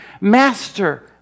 Master